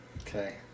Okay